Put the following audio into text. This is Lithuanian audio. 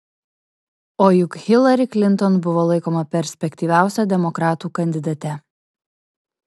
o juk hilari klinton buvo laikoma perspektyviausia demokratų kandidate